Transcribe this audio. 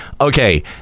okay